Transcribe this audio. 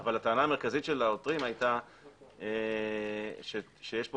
אבל הטענה המרכזית של העותרים היתה שיש פה